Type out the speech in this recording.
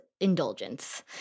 indulgence